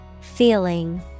Feeling